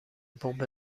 پمپ